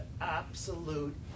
absolute